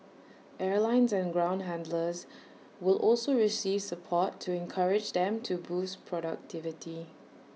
airlines and ground handlers will also receive support to encourage them to boost productivity